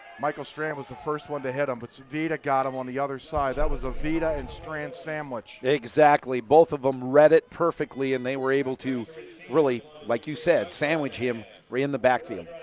michael strand was the first one to hit him. but so vedaa got him on the other side. that was a vedaa and strand sandwich. exactly both of them read it perfectly and they were able to really, like you said, sandwich him way in the backfield.